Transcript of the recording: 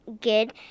Good